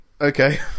Okay